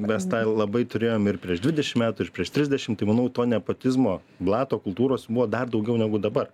mes tą labai turėjom ir prieš dvidešim metų ir prieš trisdešim tai manau to nepotizmo blato kultūros buvo dar daugiau negu dabar